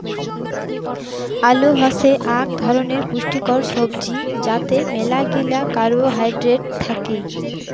আলু হসে আক ধরণের পুষ্টিকর সবজি যাতে মেলাগিলা কার্বোহাইড্রেট থাকি